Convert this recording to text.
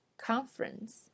conference